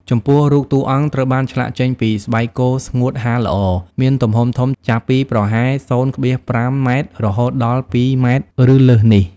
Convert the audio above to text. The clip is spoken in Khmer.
ចំពោះរូបតួអង្គត្រូវបានឆ្លាក់ចេញពីស្បែកគោស្ងួតហាលល្អ មានទំហំធំ ចាប់ពីប្រហែល ០,៥ ម៉ែត្រ រហូតដល់ ២ ម៉ែត្រ ឬលើសនេះ ។